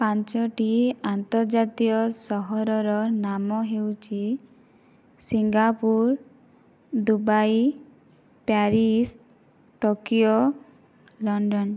ପାଞ୍ଚଟି ଆନ୍ତର୍ଜାତୀୟ ସହରର ନାମ ହେଉଛି Singapore Dubai Paris Tokyo London